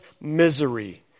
misery